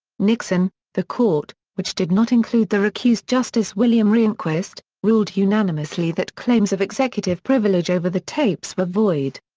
nixon, the court, which did not include the recused justice william rehnquist, ruled unanimously that claims of executive privilege over the tapes were void.